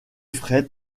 fret